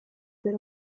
per